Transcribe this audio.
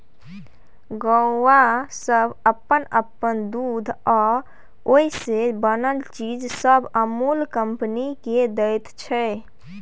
गौआँ सब अप्पन अप्पन दूध आ ओइ से बनल चीज सब अमूल कंपनी केँ दैत छै